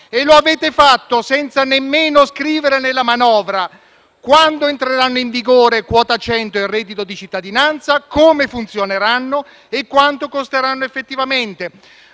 Lo avete fatto senza nemmeno scrivere nella manovra quando entreranno in vigore quota 100 e il reddito di cittadinanza, come funzioneranno e quanto costeranno effettivamente.